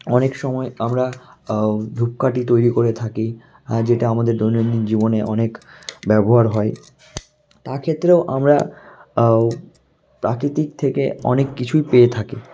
অনেক সময় আমরা ধূপকাঠি তৈরি করে থাকি যেটা আমাদের দৈনন্দিন জীবনে অনেক ব্যবহার হয় তা ক্ষেত্রেও আমরা প্রাকৃতিক থেকে অনেক কিছুই পেয়ে থাকি